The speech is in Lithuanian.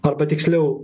arba tiksliau